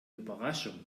überraschung